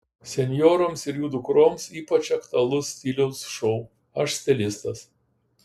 senjoroms ir jų dukroms ypač aktualus stiliaus šou aš stilistas